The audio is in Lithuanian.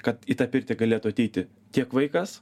kad į tą pirtį galėtų ateiti tiek vaikas